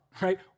right